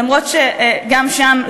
אף שגם שם,